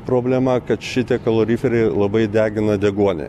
problema kad šitie kaloriferiai labai degina deguonį